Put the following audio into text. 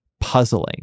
Puzzling